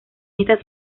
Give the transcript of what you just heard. esta